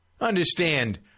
Understand